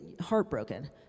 heartbroken